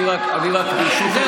זהו.